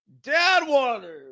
Deadwater